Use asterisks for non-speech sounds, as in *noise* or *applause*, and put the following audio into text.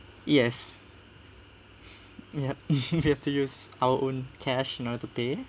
yes yup *laughs* you have to use our own cash to pay